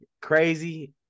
crazy